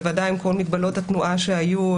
בוודאי עם כל מגבלות התנועה שהיו,